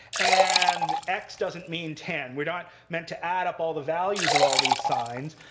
and x doesn't mean ten. we're not meant to add up all the values of all these signs.